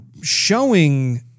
showing